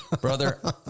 Brother